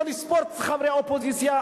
לא לספור את חברי האופוזיציה.